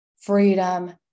Freedom